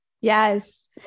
Yes